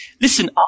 listen